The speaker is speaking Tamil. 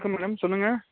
வணக்கம் மேடம் சொல்லுங்க